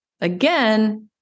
Again